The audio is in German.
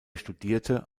studierte